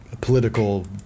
political